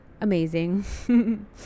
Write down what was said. amazing